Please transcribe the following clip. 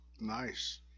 Nice